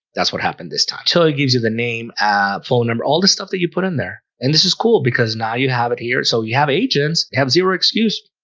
that's what happened this time so it gives you the name phone number all the stuff that you put in there and this is cool because now you have it here so you have agents you have zero excuse,